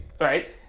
Right